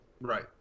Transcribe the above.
Right